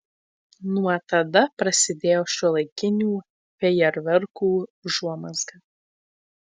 nuo tada prasidėjo šiuolaikinių fejerverkų užuomazga